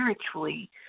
spiritually